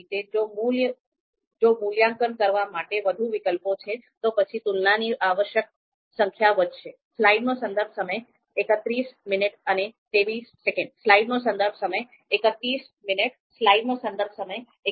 એ જ રીતે જો મૂલ્યાંકન કરવા માટે વધુ વિકલ્પો છે તો પછી તુલનાની આવશ્યક સંખ્યા વધશે